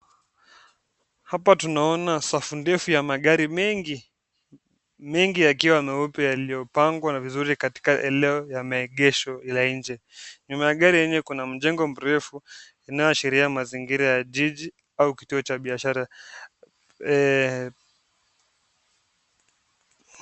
Hapa tunaona safu ndefu ya magari mengi, mengi yakiwa meupe yaliyo pangwa vizuri katika eneo ya maegezo ya nje. Nyuma ya gari yenyewe kuna jengo mrefu inayoashiria mazingira ya jiji au kituo cha biashara.